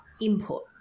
input